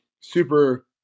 super